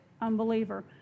unbeliever